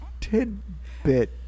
tidbit